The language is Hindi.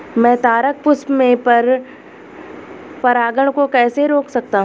मैं तारक पुष्प में पर परागण को कैसे रोक सकता हूँ?